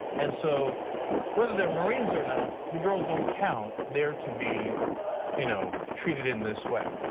and so whether they are marines or not the girls don't count they are to be you know treated in this way.